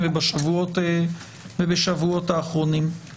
והרבה מאוד גופים --- משטרת ישראל והמשרד לביטחון פנים.